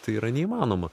tai yra neįmanoma